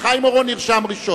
וחיים אורון נרשם ראשון.